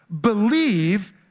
believe